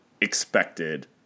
expected